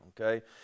okay